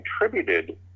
contributed